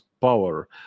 power